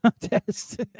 contest